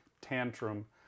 tantrum